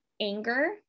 anger